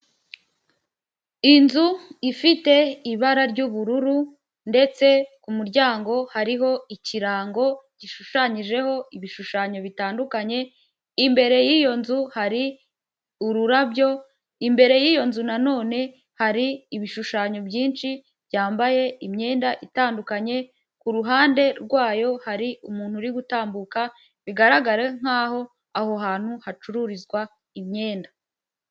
Inzu ifite ibara ry'ubururu ndetse ku muryango hariho ikirango gishushanyijeho ibishushanyo bitandukanye, imbere y'iyo nzu hari ururabyo, imbere y'iyo nzu nanone hari ibishushanyo byinshi byambaye imyenda itandukanye, ku ruhande rwayo hari umuntu uri gutambuka bigaragara nk'aho aho hantu hacururizwa imyenda.